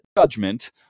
judgment